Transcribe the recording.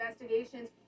investigations